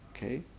Okay